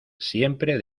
siempre